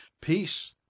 Peace